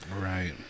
Right